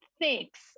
thanks